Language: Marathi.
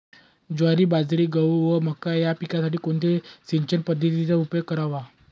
ज्वारी, बाजरी, गहू व मका या पिकांसाठी कोणत्या सिंचन पद्धतीचा उपयोग करावा?